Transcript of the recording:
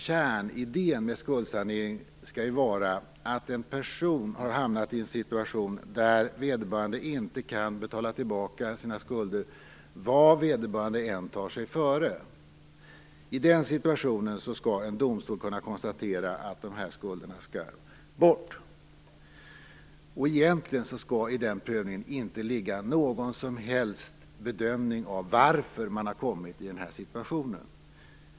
Kärnidén med skuldsaneringen skall ju egentligen vara att en person har hamnat i en situation där vederbörande inte kan betala tillbaka sina skulder, vad vederbörande än tar sig före. I den situationen skall en domstol kunna konstatera att skulderna skall bort. Egentligen skall i den prövningen inte ligga någon som helst bedömning av varför man har kommit i den här situationen.